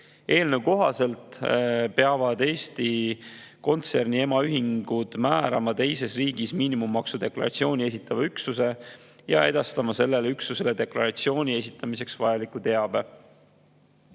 Eelnõu kohaselt peavad Eesti kontserni emaühingud määrama teises riigis miinimummaksu deklaratsiooni esitava üksuse ja edastama sellele üksusele deklaratsiooni esitamiseks vajaliku teabe.